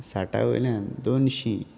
साठ वयल्यान दोनशीं